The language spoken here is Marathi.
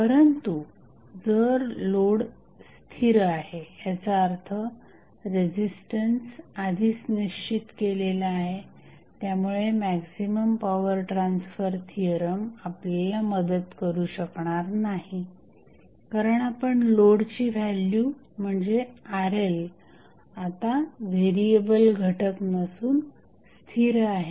परंतु जर लोड स्थिर आहे याचा अर्थ रेझिस्टन्स आधीच निश्चित केलेला आहे त्यामुळे मॅक्झिमम पॉवर ट्रान्सफर थिअरम आपल्याला मदत करू शकणार नाही कारण आपण लोडची व्हॅल्यू म्हणजे RLआता व्हेरिएबल घटक नसून स्थिर आहे